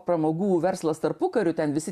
pramogų verslas tarpukariu ten visi